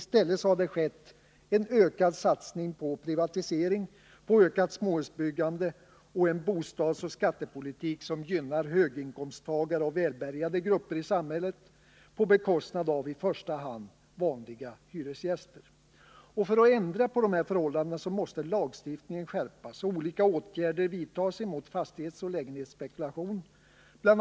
I stället har det skett en ökad satsning på privatisering, på ökat småhusbyggande och en bostadsoch skattepolitik som gynnar höginkomsttagare och välbärgade grupper i samhället på bekostnad av i första hand vanliga hyresgäster. För att ändra på dessa förhållanden måste lagstiftningen skärpas och olika åtgärder vidtas mot fastighetsoch lägenhetsspekulation. BI.